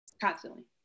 constantly